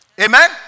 Amen